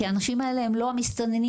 כי האנשים האלה הם לא המסתננים,